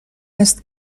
است